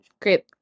great